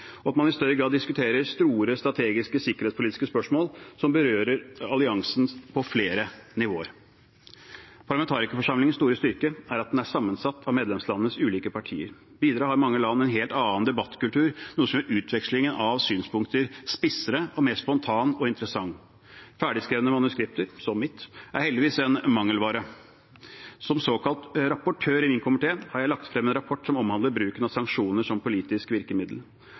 og at man i større grad diskuterer store strategiske sikkerhetspolitiske spørsmål som berører alliansen på flere nivåer. Parlamentarikerforsamlingens store styrke er at den er sammensatt av medlemslandenes ulike partier. Videre har mange land en helt annen debattkultur, noe som gjør utvekslingen av synspunkter spissere og mer spontan og interessant. Ferdigskrevne manuskripter – som mitt – er heldigvis en mangelvare. Som såkalt rapportør i min komité har jeg lagt frem en rapport som omhandler bruken av sanksjoner som politisk virkemiddel,